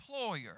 employer